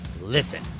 Listen